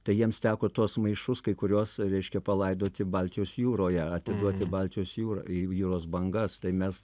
tai jiems teko tuos maišus kai kuriuos reiškia palaidoti baltijos jūroje atiduot į baltijos jūrą į jūros bangas tai mes